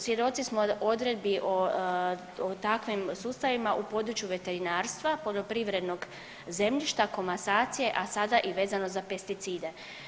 Svjedoci smo odredbi o takvim sustavima u području veterinarstva, poljoprivrednog zemljišta, komasacije a sada i vezano za pesticide.